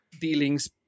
dealings